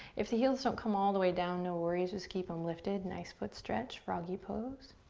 if the heels don't come all the way down, no worries. just keep them lifted, nice, good stretch. froggy pose.